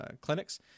clinics